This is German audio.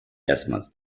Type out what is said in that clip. erstmals